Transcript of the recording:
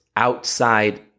outside